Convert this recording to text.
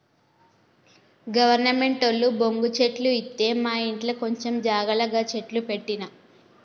గవర్నమెంటోళ్లు బొంగు చెట్లు ఇత్తె మాఇంట్ల కొంచం జాగల గ చెట్లు పెట్టిన